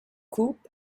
coop